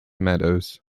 meadows